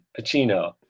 Pacino